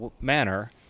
manner